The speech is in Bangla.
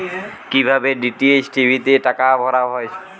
কি ভাবে ডি.টি.এইচ টি.ভি তে টাকা ভরা হয়?